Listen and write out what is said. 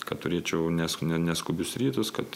kad turėčiau nesku neskubius rytus kad